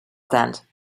stand